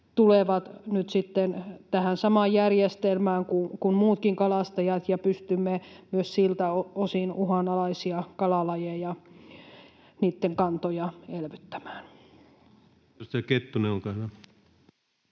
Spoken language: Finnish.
sitten tähän samaan järjestelmään kuin muutkin kalastajat ja pystymme myös siltä osin uhan-alaisia kalalajeja, niitten kantoja, elvyttämään. [Speech